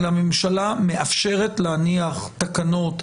של הממשלה מאפשרת להניח תקנות,